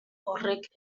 horrek